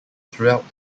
throughout